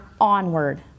onward